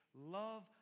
love